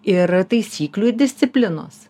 ir taisyklių disciplinos